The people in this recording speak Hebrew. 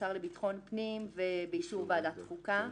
השר לביטחון פנים ובאישור ועדת חוקה.